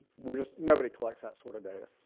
we're just nobody collects that sort of data.